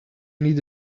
need